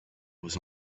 was